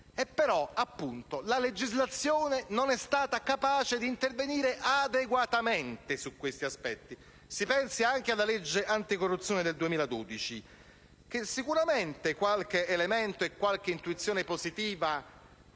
la legislazione non è stata capace di intervenire adeguatamente su questi aspetti. Si pensi anche alla legge anticorruzione del 2012, che sicuramente qualche elemento e qualche intuizione positiva